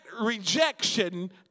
rejection